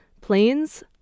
Planes